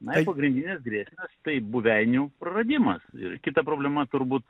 na ir pagrindinės grėsmės tai buveinių praradimas ir kita problema turbūt